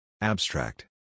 Abstract